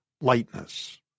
lightness